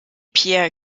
pierre